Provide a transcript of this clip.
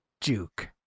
juke